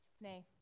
Nay